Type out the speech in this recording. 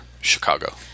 Chicago